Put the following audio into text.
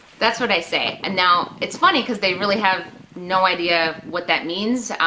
that's what i say, and now it's funny, cause they really have no idea what that means.